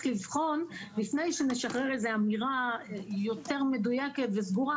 לבחון לפני שנשחרר איזה אמירה יותר מדוייקת וסגורה,